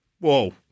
Whoa